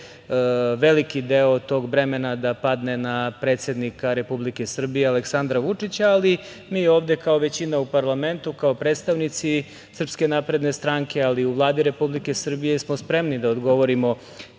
veliki deo tog bremena da padne na predsednika Republike Srbije Aleksandra Vučića, ali mi ovde, kao većina u parlamentu, kao predstavnici SNS, ali i u Vladi Republike Srbije smo spremni da odgovorimo